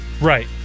Right